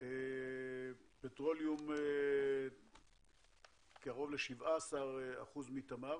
פטרוליום קרוב ל-17% מתמר,